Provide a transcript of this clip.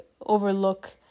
overlook